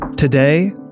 Today